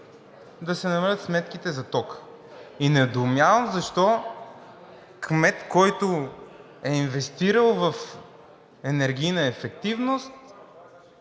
да се намалят сметките за ток. И недоумявам защо кмет, който е инвестирал в енергийна ефективност,